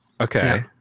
Okay